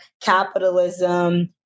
capitalism